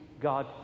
God